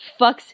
fucks